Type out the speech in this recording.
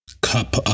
Cup